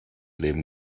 leben